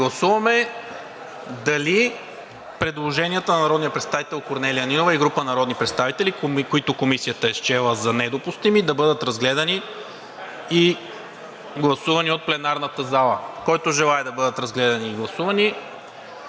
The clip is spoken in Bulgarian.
Гласуваме дали предложенията на народния представител Корнелия Нинова и група народни представители, които Комисията е счела за недопустими, да бъдат разгледани и гласувани от пленарната зала. Който желае да бъдат разгледани и гласувани,